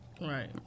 Right